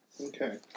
Okay